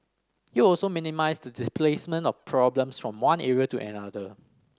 it will also minimise the displacement of problems from one area to another